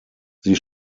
sie